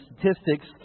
statistics